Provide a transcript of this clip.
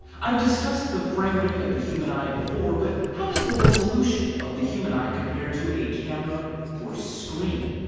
i've discussed the frame rate of the human eye before but how does the resolution of the human eye compare to a camera or screen?